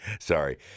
Sorry